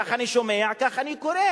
כך אני שומע, כך אני קורא.